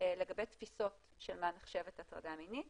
לגבי תפיסות של מה נחשבת הטרדה מינית